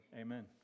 Amen